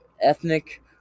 ethnic